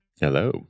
Hello